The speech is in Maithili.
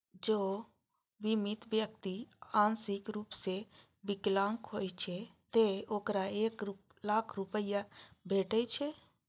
जौं बीमित व्यक्ति आंशिक रूप सं विकलांग होइ छै, ते ओकरा एक लाख रुपैया भेटै छै